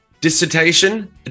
dissertation